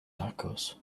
tacos